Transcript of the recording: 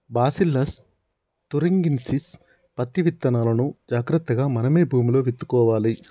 bacillus thuringiensis పత్తి విత్తనాలును జాగ్రత్తగా మనమే భూమిలో విత్తుకోవాలి